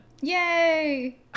Yay